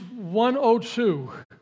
102